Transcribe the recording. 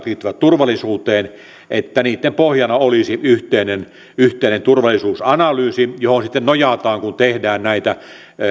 turvallisuuteen niitten pohjana olisi yhteinen yhteinen turvallisuusanalyysi johon sitten nojataan kun tehdään näitä